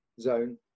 zone